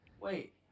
Wait